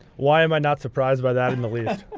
why am i not surprised by that in the least?